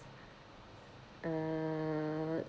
uh